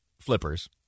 flippers